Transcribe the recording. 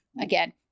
again